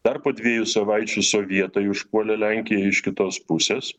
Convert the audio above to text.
dar po dviejų savaičių sovietai užpuolė lenkiją iš kitos pusės